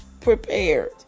prepared